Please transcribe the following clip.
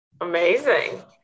Amazing